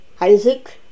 Isaac